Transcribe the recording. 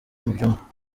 mubyumva